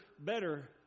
better